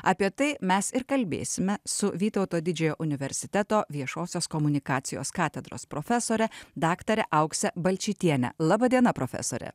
apie tai mes ir kalbėsime su vytauto didžiojo universiteto viešosios komunikacijos katedros profesore daktare auksė balčytienė laba diena profesorė